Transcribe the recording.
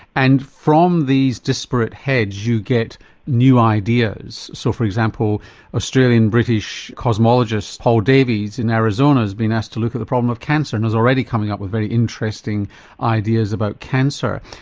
and from these disparate heads you get new ideas so for example australian british cosmologist paul davies in arizona has been asked to look at the problem of cancer and is already coming up with very interesting ideas about cancer.